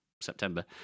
September